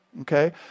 okay